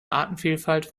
artenvielfalt